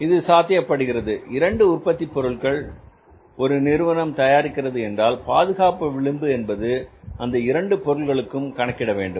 இது சாத்தியப்படுகிறது 2 உற்பத்தி பொருட்கள் ஒரு நிறுவனம் தயாரிக்கிறது என்றால் பாதுகாப்பு விளிம்பு என்பது அந்த இரண்டு பொருள்களுக்கும் கணக்கிட வேண்டும்